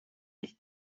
nicht